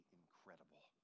incredible